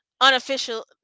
unofficial